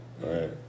right